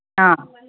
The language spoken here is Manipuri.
ꯑ